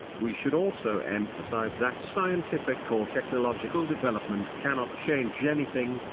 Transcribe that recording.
we should also emphasize that scientific or technological development cannot change anything,